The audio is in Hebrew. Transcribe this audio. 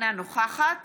אינה נוכחת